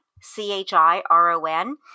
C-H-I-R-O-N